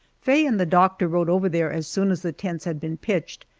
faye and the doctor rode over there as soon as the tents had been pitched,